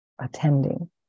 attending